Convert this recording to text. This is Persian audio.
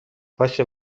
باشه